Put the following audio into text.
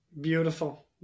Beautiful